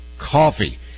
coffee